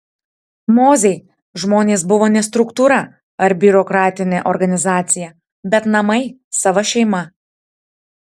mozei žmonės buvo ne struktūra ar biurokratinė organizacija bet namai sava šeima